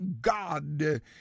God